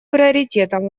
приоритетом